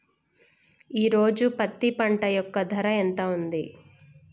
ఈ రోజు పత్తి పంట యొక్క ధర ఎంత ఉంది?